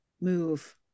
move